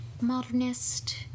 modernist